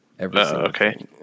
okay